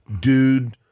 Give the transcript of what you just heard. dude